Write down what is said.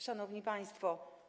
Szanowni Państwo!